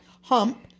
hump